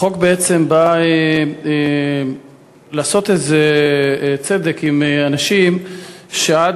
החוק בעצם בא לעשות איזה צדק עם אנשים שעד,